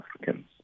Africans